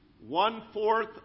one-fourth